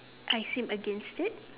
I seem against it